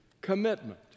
Commitment